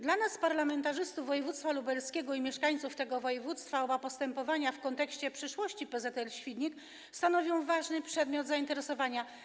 Dla nas, parlamentarzystów z województwa lubelskiego i mieszkańców tego województwa, oba postępowania w kontekście przyszłości PZL-Świdnik stanowią ważny przedmiot zainteresowania.